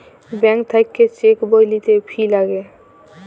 bank থাক্যে cheque বই লিতে ফি লাগে